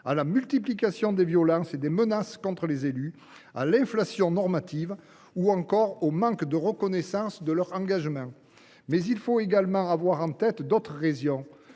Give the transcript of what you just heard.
à la multiplication des violences et des menaces envers les élus, à l’inflation normative ou encore au manque de reconnaissance de leur engagement. Mais il faut également avoir en tête d’autres raisons